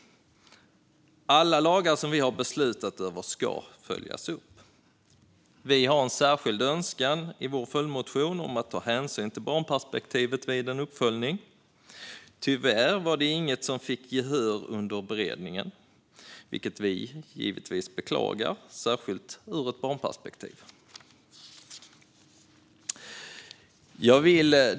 Alla lagar som vi har beslutat om ska följas upp. Vi har en särskild önskan i vår följdmotion om att ta hänsyn till barnperspektivet vid en uppföljning. Tyvärr var det inget som fick gehör under beredningen, vilket vi givetvis beklagar särskilt ur ett barnperspektiv. Fru talman!